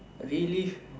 really